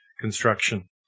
construction